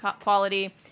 quality